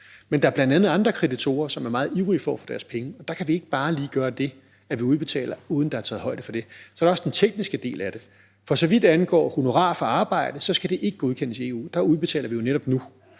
Men der er bl.a. andre kreditorer, som er meget ivrige for at få deres penge, og der kan vi ikke bare lige gøre det, at vi udbetaler dem, uden at der er taget højde for det. Så er der også den tekniske del af det. For så vidt angår honorarer for arbejde, skal det ikke godkendes i EU. Der udbetaler vi jo netop nu.